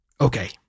Okay